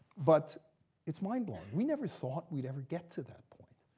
but it's mind blowing. we never thought we'd ever get to that point.